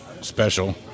special